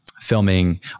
filming